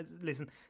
Listen